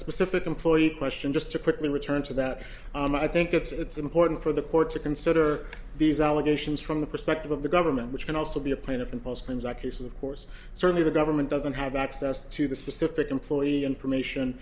specific employee question just to quickly return to that i think it's important for the court to consider these allegations from the perspective of the government which can also be a plaintiff in post claims i case of course certainly the government doesn't have access to the specific employee information